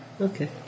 okay